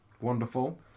Wonderful